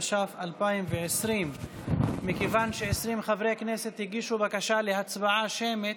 התש"ף 2020. מכיוון ש-20 חברי כנסת הגישו בקשה להצבעה שמית